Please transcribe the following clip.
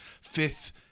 fifth